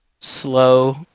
slow